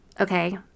Okay